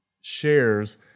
shares